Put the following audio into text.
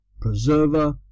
preserver